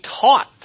taught